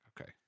okay